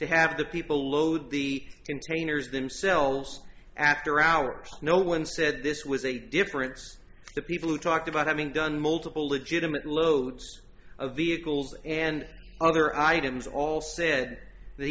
to have the people load the containers themselves after hours no one said this was a difference the people who talked about having done multiple legitimate loads of vehicles and other items all said